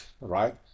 right